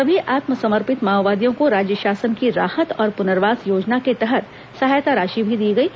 सभी आत्मसमर्पित माओवादियों को राज्य शासन की राहत और पुनर्वास योजना के तहत सहायता राशि भी दी गई है